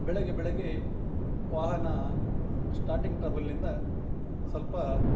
ಬೆಳಿಗ್ಗೆ ಬೆಳಿಗ್ಗೆ ವಾಹನ ಸ್ಟಾರ್ಟಿಂಗ್ ಟ್ರಬಲ್ನಿಂದ ಸ್ವಲ್ಪ